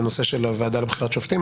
בנושא של הוועדה לבחירת שופטים,